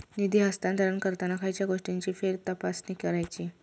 निधी हस्तांतरण करताना खयच्या गोष्टींची फेरतपासणी करायची?